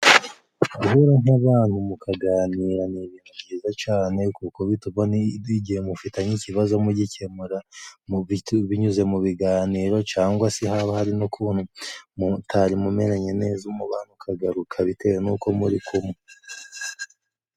Guhura n'abantu mukaganira ni ibintu byiza cane kuko bituma n'igihe mufitanye ikibazo mu gikemura , mu binyuze mu biganiro cyangwa se haba hari n'ukuntu, mutari mu meranye neza umubano ukagaruka bitewe n'uko muri kumwe.